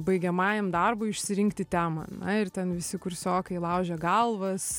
baigiamajam darbui išsirinkti temą na ir ten visi kursiokai laužė galvas